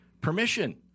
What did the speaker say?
permission